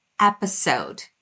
episode